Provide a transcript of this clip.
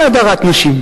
עכשיו נעבור לנושא של: